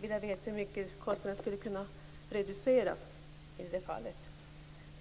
vilja veta hur mycket kostnaden skulle kunna reduceras i det här fallet.